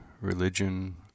religion